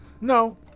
No